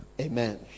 amen